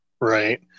right